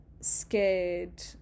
scared